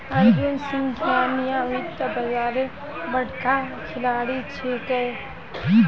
अर्जुन सिंघानिया वित्तीय बाजारेर बड़का खिलाड़ी छिके